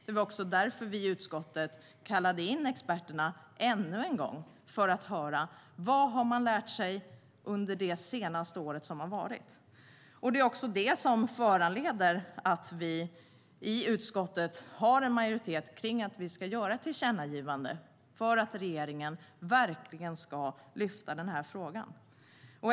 Det var därför som vi i utskottet kallade in experterna ännu en gång för att höra vad man har lärt sig under det senaste året. Det är också detta som föranleder att vi i utskottet har en majoritet för ett tillkännagivande för att regeringen verkligen ska lyfta fram den här frågan.